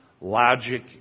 logic